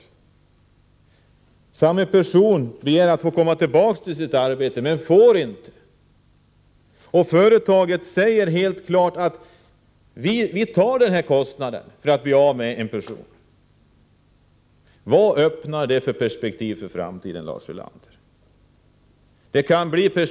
Personen i fråga begär att få komma tillbaka till sitt arbete, men får inte det. Företaget säger helt klart: Vi betalar den kostnad som krävs för att bli av med den här personen. Vilka perspektiv öppnar sig för framtiden när sådant kan ske, Lars Ulander?